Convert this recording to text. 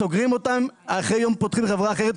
סוגרים אותם, אחרי יום פותחים חברה אחרת.